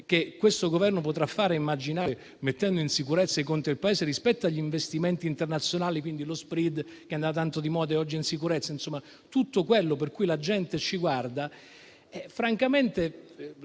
che questo Governo potrà fare e immaginare mettendo in sicurezza i conti del Paese rispetto agli investimenti internazionali; lo *spread* che è andato tanto di moda oggi è in sicurezza, e sono tutte cose per cui la gente ci guarda. Come